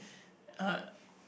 uh